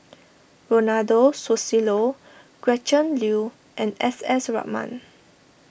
Ronald Susilo Gretchen Liu and S S Ratnam